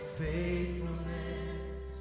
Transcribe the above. faithfulness